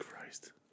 Christ